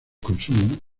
consumo